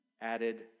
added